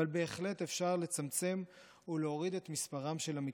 אבל בהחלט אפשר לצמצם ולהוריד את מספרם של המתאבדים.